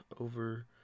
over